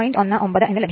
19 എന്ന് ലഭിക്കുന്നു